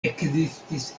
ekzistis